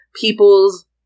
people's